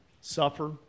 suffer